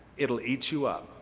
it'll eat you up.